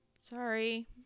sorry